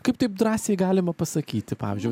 kaip taip drąsiai galima pasakyti pavyzdžiui